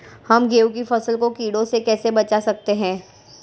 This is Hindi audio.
हम गेहूँ की फसल को कीड़ों से कैसे बचा सकते हैं?